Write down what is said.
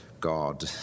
God